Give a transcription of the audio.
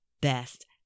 best